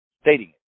stating